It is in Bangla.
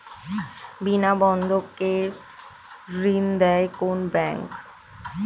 বিনা বন্ধক কে ঋণ দেয় কোন ব্যাংক?